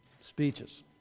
speeches